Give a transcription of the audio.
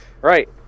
Right